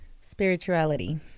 Spirituality